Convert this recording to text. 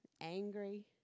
angry